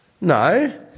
No